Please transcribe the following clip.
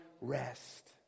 rest